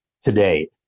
today